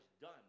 done